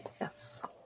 Yes